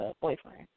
boyfriend